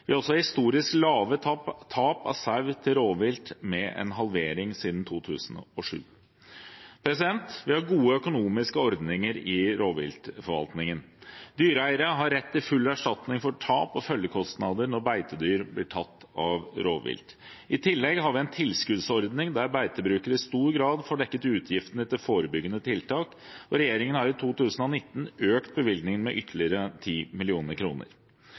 Vi har også historisk små tap av sau til rovvilt, med en halvering siden 2007. Vi har gode økonomiske ordninger i rovviltforvaltningen. Dyreeiere har rett til full erstatning for tap og følgekostnader når beitedyr blir tatt av rovvilt. I tillegg har vi en tilskuddsordning der beitebrukere i stor grad får dekket utgiftene til forebyggende tiltak, og regjeringen har for 2019 økt bevilgningene med ytterligere